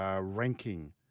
ranking